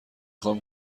خوام